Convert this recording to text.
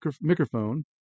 Microphone